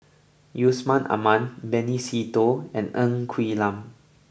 Yusman Aman Benny Se Teo and Ng Quee Lam